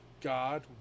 God